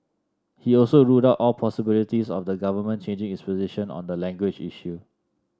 he also ruled out all possibilities of the Government changing its position on the language issue